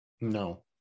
No